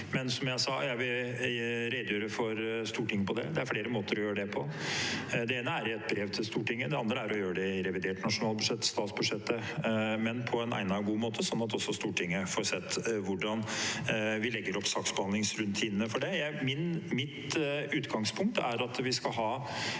Men som jeg sa: Jeg vil redegjøre for Stortinget om det. Det er flere måter å gjøre det på. Det ene er i et brev til Stortinget. Det andre er å gjøre det i revidert nasjonalbudsjett, statsbudsjettet, men på en egnet og god måte, sånn at også Stortinget får sett hvordan vi legger opp saksbehandlingsrutinene for det. Mitt utgangspunkt er at vi skal ha